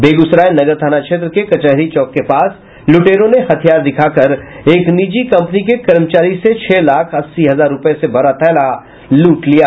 बेगूसराय नगर थाना क्षेत्र के कचहरी चौक के पास लुटेरों ने हथियार दिखाकर एक निजी कंपनी के कर्मचारी से छह लाख अस्सी हजार रुपये से भरा थैला लूट लिया